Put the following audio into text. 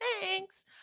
Thanks